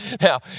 Now